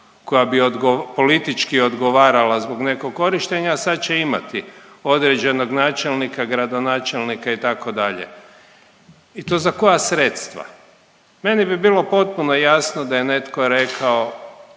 koja bi politički odgovarala zbog nekog korištenja, a sad će imati određenog načelnika, gradonačelnika, itd. I to za koja sredstva? Meni bi bilo potpuno jasno da je netko rekao,